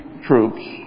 troops